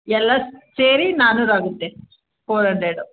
ಎಲ್ಲ ಸೇರಿ ನಾಲ್ಕುನೂರು ಆಗುತ್ತೆ ಫೋರ್ ಹಂಡ್ರೆಡು